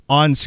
on